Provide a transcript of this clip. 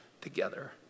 together